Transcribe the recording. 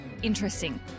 Interesting